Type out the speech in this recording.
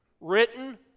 written